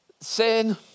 sin